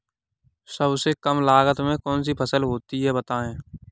सबसे कम लागत में कौन सी फसल होती है बताएँ?